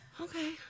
Okay